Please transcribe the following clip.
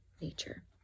nature